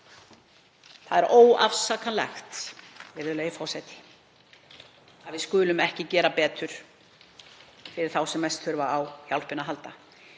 Það er óafsakanlegt, virðulegi forseti, að við skulum ekki gera betur fyrir þá sem mest þurfa á hjálp að halda.